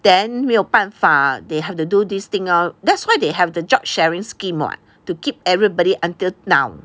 then 没有办法 they have to do this thing lor that's why they have the job sharing scheme [what] to keep everybody until now